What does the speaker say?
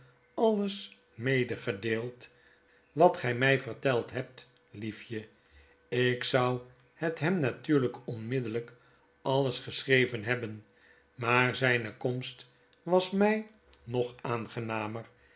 alles medegedeeld wat gy my verteld hebt liefje ik zou het hem natuurlyk onmiddellyk alles geschreven hebben maar zyne komst was my nog aangenamer